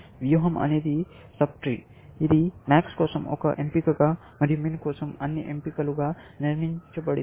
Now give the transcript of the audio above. వ్యూహం అనేది subtree ఇది MAX కోసం ఒక ఎంపికగా మరియు MIN కోసం అన్ని ఎంపికలుగా నిర్మించబడింది